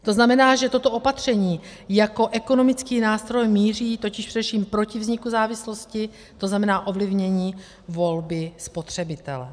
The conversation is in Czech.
To znamená, že toto opatření jako ekonomický nástroj míří především proti vzniku závislosti, tzn. ovlivnění volby spotřebitele.